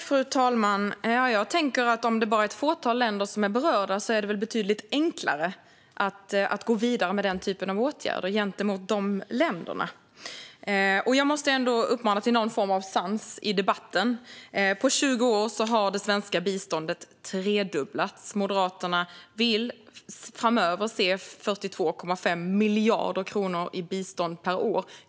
Fru talman! Jag tänker att om det bara är ett fåtal länder som är berörda är det väl betydligt enklare att gå vidare med den typen av åtgärder gentemot dessa länder. Jag måste ändå uppmana till någon form av sans i debatten. På 20 år har det svenska biståndet tredubblats. Moderaterna vill framöver se 42,5 miljarder kronor i bistånd per år.